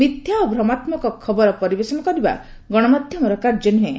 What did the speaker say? ମିଥ୍ୟା ଓ ଭ୍ରମାତ୍କକ ଖବର ପରିବେଷଣ କରିବା ଗଣମାଧ୍ୟମର କାର୍ଯ୍ୟ ନୁହେଁ